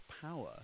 power